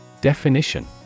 Definition